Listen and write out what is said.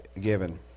given